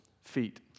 feet